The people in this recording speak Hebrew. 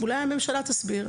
אולי הממשלה תסביר,